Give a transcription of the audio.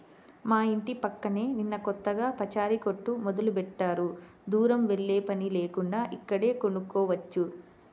మా యింటి పక్కనే నిన్న కొత్తగా పచారీ కొట్టు మొదలుబెట్టారు, దూరం వెల్లేపని లేకుండా ఇక్కడే కొనుక్కోవచ్చు